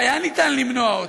שניתן היה למנוע אותה.